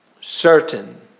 certain